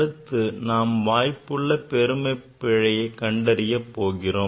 அடுத்து நாம் வாய்ப்புள்ள பெரும பிழையை கண்டறிய போகிறோம்